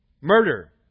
murder